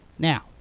Now